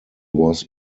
was